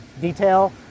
detail